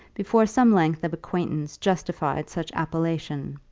before some length of acquaintance justified such appellation.